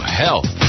health